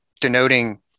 denoting